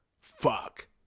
Fuck